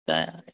দে